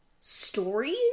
stories